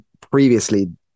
previously